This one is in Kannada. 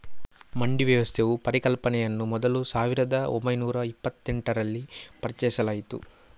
ಮಂಡಿ ವ್ಯವಸ್ಥೆಯ ಪರಿಕಲ್ಪನೆಯನ್ನು ಮೊದಲು ಸಾವಿರದ ಓಂಬೈನೂರ ಇಪ್ಪತ್ತೆಂಟರಲ್ಲಿ ಪರಿಚಯಿಸಲಾಯಿತು